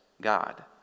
God